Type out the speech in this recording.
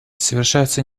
совершаются